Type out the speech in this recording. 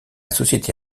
société